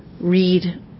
read